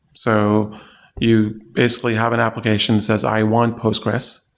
so you basically have an application says, i want postgresql,